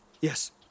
Yes